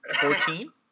Fourteen